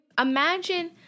Imagine